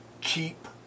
keep